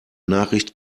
nachricht